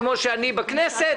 כמוני,